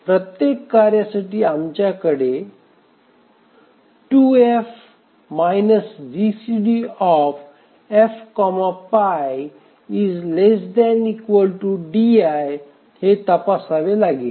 प्रत्येक कार्यासाठी आमच्याकडे 2 2F GCDF pi ≤ di हे तपासावे लागेल